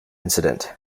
incident